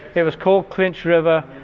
it was called clinch river.